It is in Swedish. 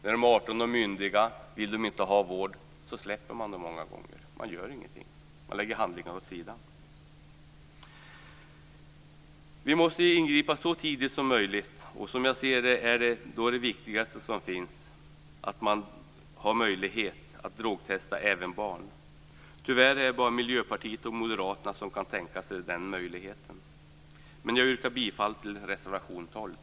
När de är 18 år är de myndiga, och om de inte vill ha vård släpper man dem många gånger, gör ingenting och lägger handlingarna åt sidan. Vi måste ingripa så tidigt som möjligt, och som jag ser det är det viktigaste att det finns en möjlighet att drogtesta även barn. Tyvärr är det bara Miljöpartiet och Moderaterna som kan tänka sig den möjligheten. Fru talman! Jag yrkar bifall till reservation 12.